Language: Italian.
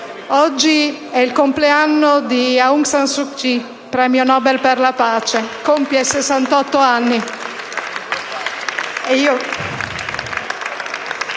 Oggi è il compleanno di Aung San Suu Kyi, premio Nobel per la pace, che compie 68 anni.